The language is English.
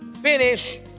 finish